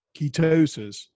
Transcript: ketosis